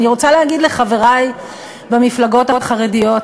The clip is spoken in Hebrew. ואני רוצה להגיד לחברי במפלגות החרדיות,